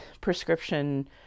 prescription